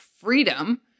freedom